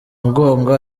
mugongo